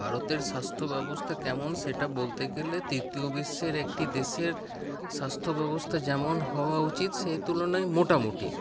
ভারতের স্বাস্থ্য ব্যবস্থা কেমন সেটা বলতে গেলে তৃতীয় বিশ্বের একটি দেশের স্বাস্থ্য ব্যবস্থা যেমন হওয়া উচিত সেই তুলনায় মোটামুটি